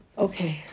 Okay